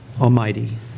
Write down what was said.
Almighty